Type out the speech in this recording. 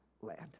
land